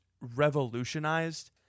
revolutionized